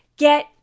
Get